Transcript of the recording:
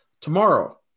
Tomorrow